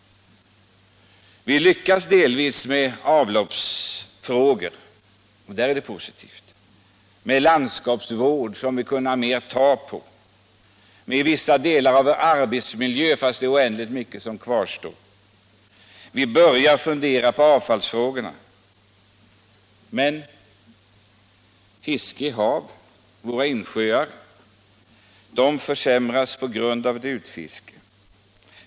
Vi lyckas delvis med avloppsfrågor — det är positivt — med landskaps vård, som det är lättare att ta på, och med vissa delar av vår arbetsmiljö, fast det är oändligt mycket som kvarstår. Vi börjar fundera på avfallsfrågorna. Men fisket i hav och insjöar försämras på grund av utfiskning.